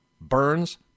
Burns